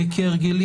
כהרגלי,